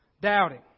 Doubting